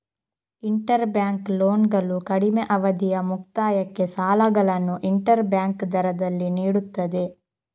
inter bank ಲೋನ್ಗಳು ಕಡಿಮೆ ಅವಧಿಯ ಮುಕ್ತಾಯಕ್ಕೆ ಸಾಲಗಳನ್ನು ಇಂಟರ್ ಬ್ಯಾಂಕ್ ದರದಲ್ಲಿ ನೀಡುತ್ತದೆ